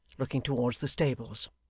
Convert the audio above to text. looking towards the stables.